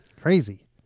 Crazy